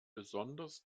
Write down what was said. besonders